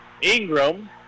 Ingram